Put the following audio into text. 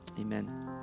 Amen